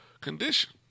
condition